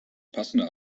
passende